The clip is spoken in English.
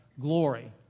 glory